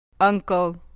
uncle